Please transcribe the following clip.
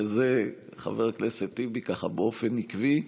שזה חבר הכנסת טיבי באופן עקבי.